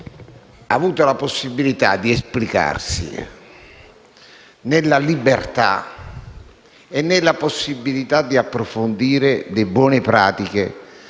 ha avuto la possibilità di esplicarsi nella libertà e nella possibilità di approfondire le buone pratiche